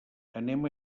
anem